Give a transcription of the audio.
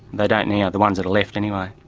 they don't now, the ones that are left anyway.